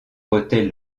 hôtel